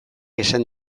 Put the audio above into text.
esan